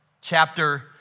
chapter